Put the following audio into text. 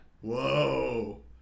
whoa